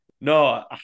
No